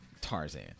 Tarzan